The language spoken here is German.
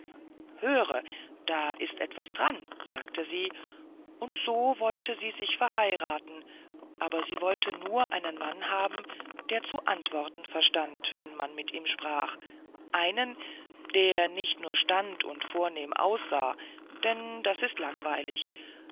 höre da ist etwas daran sagte sie und so wollte sie sich verheiraten aber sie wollte einen mann haben der zu antworten verstand wenn man mit ihm sprach einen der nicht nur stand und vornehm aussah denn das ist zu langweilig